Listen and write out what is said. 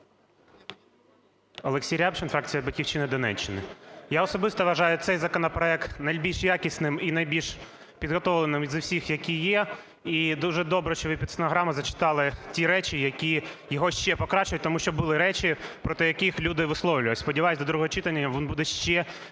Олексій Рябчин, фракція "Батьківщина", Донеччина. Я особисто вважаю цей законопроект найбільш якісним і найбільш підготовленим з усіх який є. І дуже добре, що ви під стенограму зачитали ті речі, які його ще покращують. Тому що були речі, проти яких люди виловлювались. Сподіваюся, до другого читання він буде ще більш